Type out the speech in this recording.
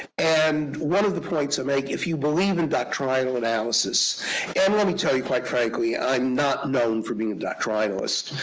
and one of the points i make if you believe in that trial analysis analysis and let me tell you, quite frankly, i'm not known for being a doctrinalists.